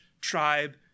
tribe